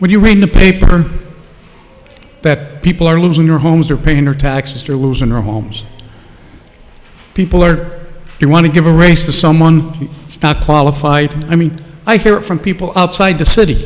when you read the paper that people are losing their homes or paying their taxes or losing their homes people or you want to give a race to someone qualified i mean i feel from people outside the city